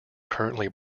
currently